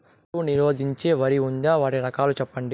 కరువు నిరోధించే వరి ఉందా? వాటి రకాలు చెప్పండి?